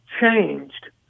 changed